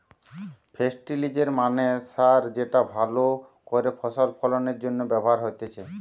ফেস্টিলিজের মানে সার যেটা ভালো করে ফসল ফলনের জন্য ব্যবহার হতিছে